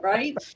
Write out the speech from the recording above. Right